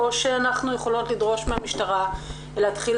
או שאנחנו יכולות לדרוש מהמשטרה להתחיל